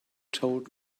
told